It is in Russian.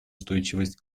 устойчивость